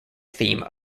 theme